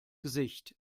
gesicht